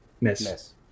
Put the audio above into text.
Miss